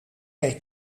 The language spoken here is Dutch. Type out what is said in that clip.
eet